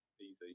easy